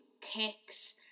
kicks